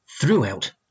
throughout